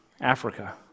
Africa